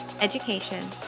education